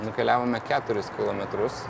nukeliavome keturis kilometrus